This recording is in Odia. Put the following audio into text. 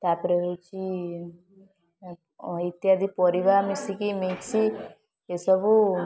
ତା'ପରେ ହେଉଛି ଇତ୍ୟାଦି ପରିବା ମିଶିକି ମିକ୍ସ୍ ଏସବୁ